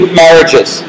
marriages